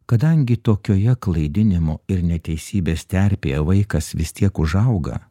kadangi tokioje klaidinimo ir neteisybės terpėje vaikas vis tiek užauga